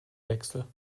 wechsel